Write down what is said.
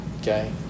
Okay